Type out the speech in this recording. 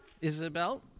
Isabel